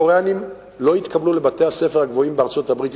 והקוריאנים לא התקבלו לבתי-הספר הגבוהים בארצות-הברית.